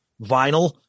vinyl